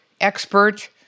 expert